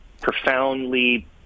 profoundly